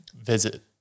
visit